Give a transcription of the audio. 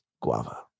Guava